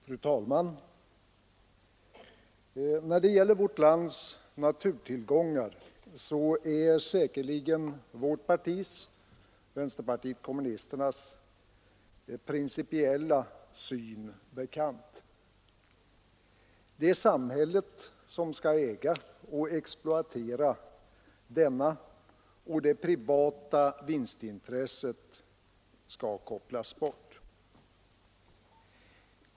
Fru talman! När det gäller vårt lands naturtillgångar är säkerligen vårt partis — vänsterpartiet kommunisterna — principiella syn bekant. Det är samhället som skall äga och exploatera dessa och det privata vinstintresset bör kopplas bort.